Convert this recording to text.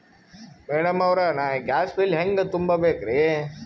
Madam ಅವ್ರ, ನಾ gas bill ಹೆಂಗ ತುಂಬಾ ಬೇಕ್ರಿ?